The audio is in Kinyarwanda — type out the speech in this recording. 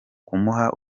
kumuha